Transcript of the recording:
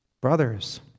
Brothers